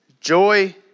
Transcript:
Joy